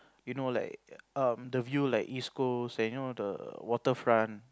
you know like um the view like East Coast and you know the Waterfront